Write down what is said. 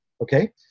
Okay